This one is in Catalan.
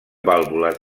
vàlvules